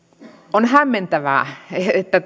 on hämmentävää että